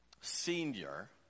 senior